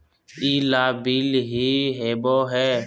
ई लाभ बिल की होबो हैं?